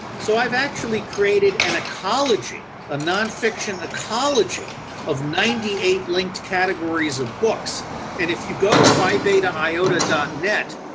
so, i've actually created and a collegy, a non fiction, a collegy of ninety eight linked categories of books and if you go to phibetaiota net,